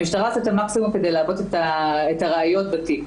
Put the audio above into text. המשטרה עושה את המקסימום כדי לעבות את הראיות בתיק.